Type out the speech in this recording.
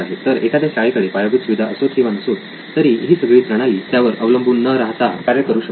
तर एखाद्या शाळेकडे पायाभूत सुविधा असोत किंवा नसोत तरी ही सगळी प्रणाली त्यावर अवलंबून न राहता कार्य करू शकेल